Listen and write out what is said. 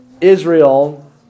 Israel